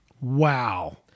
wow